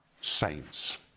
saints